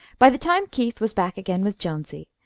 by the time keith was back again with jonesy,